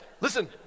Listen